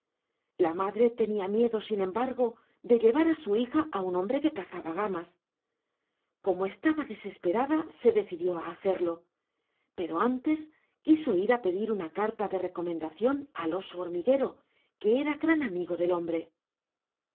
la madre tenía miedo sin embargo de llevar a su hija a un hombre que cazaba gamas como estaba desesperada se decidió a hacerlo pero antes quiso ir a pedir una carta de recomendación al oso hormiguero que era gran amigo del hombre salió